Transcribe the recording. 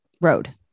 Road